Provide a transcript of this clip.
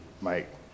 Mike